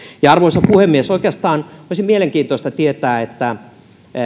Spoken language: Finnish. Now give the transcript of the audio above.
arvoisa puhemies oikeastaan olisi mielenkiintoista tietää